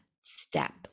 step